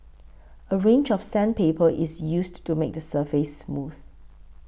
a range of sandpaper is used to make the surface smooth